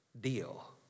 deal